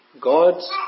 God's